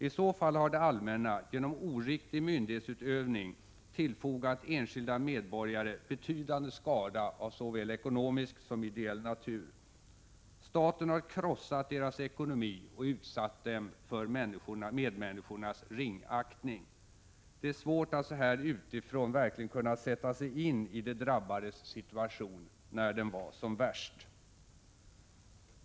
I så fall har det allmänna genom oriktig myndighetsutövning tillfogat enskilda medborgare betydande skada av såväl ekonomisk som ideell natur. Staten har krossat deras ekonomi och utsatt dem för medmänniskornas ringaktning. Det är svårt att så här utifrån verkligen kunna sätta sig in i de drabbades situation när den var som värst.